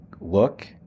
look